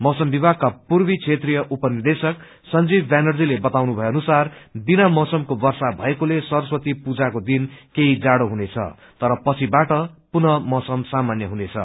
मौसम विभागका पूर्वी क्षेत्राय उप निदेशक संजीव व्यानर्जीले बताउनु भयो कि विना मौसमको वर्षा भएको कारण सरस्वती पूजको दिन केही जाड़ो हुनेछ तर पछिबाट पुनः मौसमा सामान्य हुनेछ